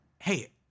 hey